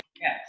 yes